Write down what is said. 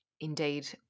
indeed